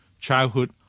childhood